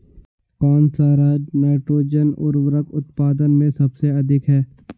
कौन सा राज नाइट्रोजन उर्वरक उत्पादन में सबसे अधिक है?